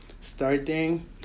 Starting